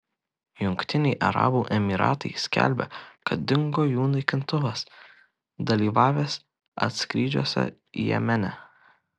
jungtiniai arabų emyratai skelbia kad dingo jų naikintuvas dalyvavęs antskrydžiuose jemene